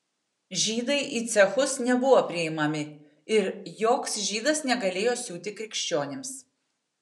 žydai į cechus nebuvo priimami ir joks žydas negalėjo siūti krikščionims